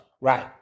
right